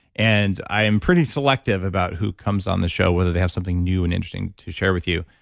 and i am pretty selective about who comes on the show whether they have something new and interesting to share with you.